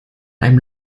einem